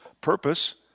purpose